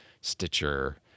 Stitcher